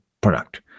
product